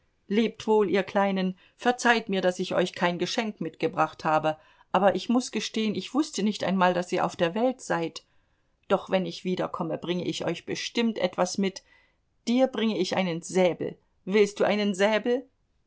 lebt wohl ihr kleinen verzeiht mir daß ich euch kein geschenk mitgebracht habe aber ich muß gestehen ich wußte nicht einmal daß ihr auf der welt seid doch wenn ich wiederkomme bringe ich euch bestimmt was mit dir bringe ich einen säbel willst du einen säbel